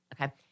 okay